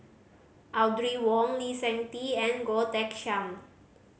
Audrey Wong Lee Seng Tee and Goh Teck Sian